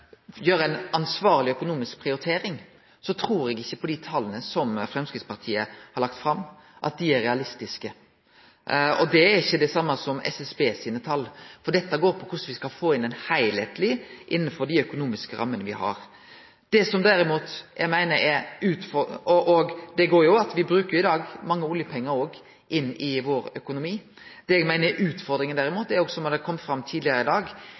gjer gode analysar. Det eg derimot har sagt, er at skal me gjere ei ansvarlig økonomisk prioritering, trur eg ikkje at dei tala som Framstegspartiet har lagt fram, er realistiske. Dei er ikkje dei same som SSB sine tal. Dette går på korleis me skal få heilskap innanfor dei økonomiske rammene me har, og det går òg på at me bruker mange oljepengar inn i vår økonomi. Det eg meiner er utfordringa, derimot, som også har kome fram tidlegare i dag,